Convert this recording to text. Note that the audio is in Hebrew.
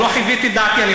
עוד לא חיוויתי את דעתי,